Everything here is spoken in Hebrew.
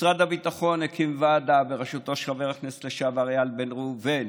משרד הביטחון הקים ועדה בראשותו של חבר הכנסת לשעבר איל בן ראובן,